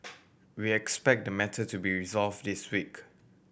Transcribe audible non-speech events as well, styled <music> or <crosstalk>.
<noise> we expect the matter to be resolve this week